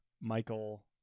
Michael